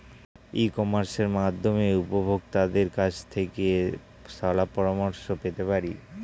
ই কমার্সের মাধ্যমে আমি উপভোগতাদের কাছ থেকে শলাপরামর্শ পেতে পারি?